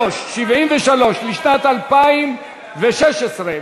73 לשנת 2016, כנוסח הוועדה.